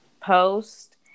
post